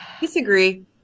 Disagree